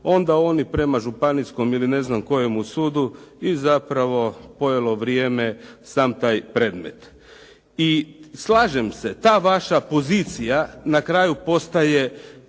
onda oni prema županijskom ili ne znam kojemu sudu i zapravo pojelo vrijeme sam taj predmet. I slažem se, ta vaša pozicija na kraju postaje